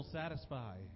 Satisfy